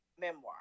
memoir